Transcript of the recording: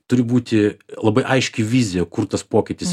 turi būti labai aiški vizija kur tas pokytis